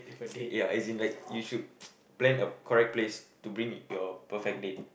ya as in like you should plan a correct place to bring your perfect date